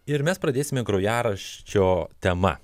ir mes pradėsime grojaraščio tema